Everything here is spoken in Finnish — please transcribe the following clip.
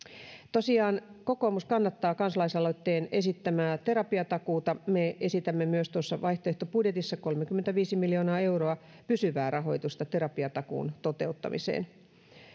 tosiaan kokoomus kannattaa kansalaisaloitteen esittämää terapiatakuuta me esitämme myös tuossa vaihtoehtobudjetissamme kolmekymmentäviisi miljoonaa pysyvää rahoitusta terapiatakuun toteuttamiseen